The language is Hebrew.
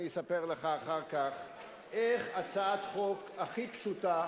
אני אספר לך אחר כך איך הצעת חוק הכי פשוטה,